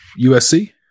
USC